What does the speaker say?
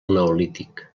neolític